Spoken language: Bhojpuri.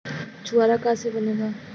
छुआरा का से बनेगा?